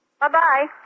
Bye-bye